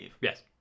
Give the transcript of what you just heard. Yes